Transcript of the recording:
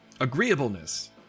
Agreeableness